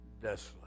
desolate